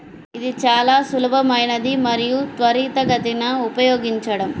ఇది చాలా సులభమైనది మరియు త్వరితగతిన ఉపయోగించడం